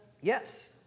yes